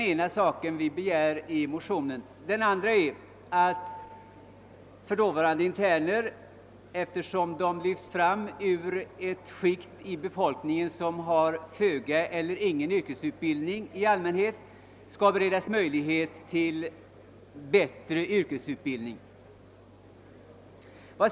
Vi begär vidare i motionen, att förutvarande interner, eftersom de i allmänhet kommer från skikt inom befolkningen som har föga eller ingen yrkesutbildning, skall beredas möjligheter till bättre yrkesutbildning.